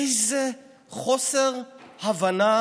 איזה חוסר הבנה